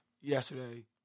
yesterday